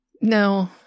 No